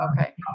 Okay